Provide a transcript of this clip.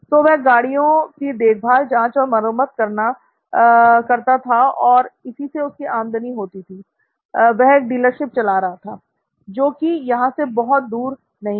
तो वह गाड़ियों की देखभाल जांच और मरम्मत करता था और इसी से उसकी आमदनी होती थी वह एक डीलरशिप चला रहा था जो कि यहां से बहुत दूर नहीं है